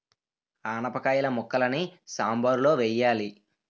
ఆనపకాయిల ముక్కలని సాంబారులో వెయ్యాలి